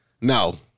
No